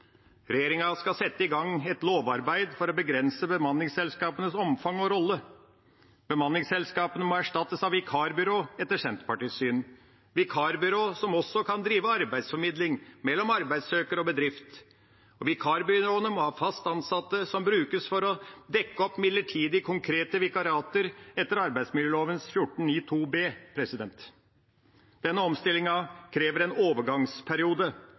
Regjeringa skal sette i gang et lovarbeid for å begrense bemanningsselskapenes omfang og rolle. Bemanningsselskapene må erstattes av vikarbyråer, etter Senterpartiets syn – vikarbyråer som også kan drive arbeidsformidling mellom arbeidssøker og bedrift. Vikarbyråene må ha fast ansatte som brukes for midlertidig å dekke opp konkrete vikariater, etter arbeidsmiljøloven § 14-9 andre ledd bokstav b. Denne omstillingen krever en overgangsperiode,